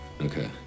Okay